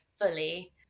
fully